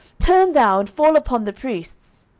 turn thou, and fall upon the priests.